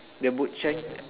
the boot shine